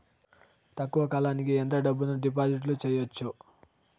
తక్కువ కాలానికి ఎంత డబ్బును డిపాజిట్లు చేయొచ్చు?